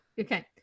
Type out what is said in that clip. okay